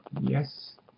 Yes